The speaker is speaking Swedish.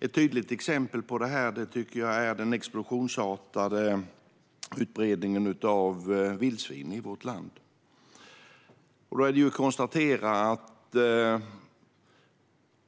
Ett tydligt exempel på detta är den explosionsartade utbredningen av vildsvin i vårt land.